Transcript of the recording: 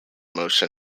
motion